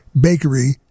bakery